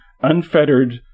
unfettered